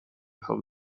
from